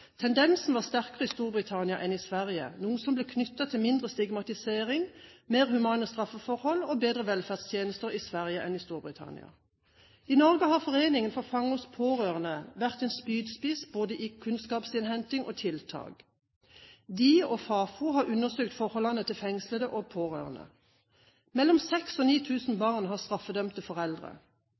Tendensen var sterkere i Storbritannia enn i Sverige, noe som ble knyttet til mindre stigmatisering, mer humane straffeforhold og bedre velferdstjenester i Sverige enn i Storbritannia. I Norge har foreningen For Fangers Pårørende vært en spydspiss både i kunnskapsinnhenting og tiltak. De, og Fafo, har undersøkt forholdene til fengslede og pårørende. Mellom 6 000 og 9 000 barn har straffedømte foreldre.